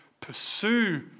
pursue